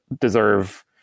deserve